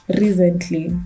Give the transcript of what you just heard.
recently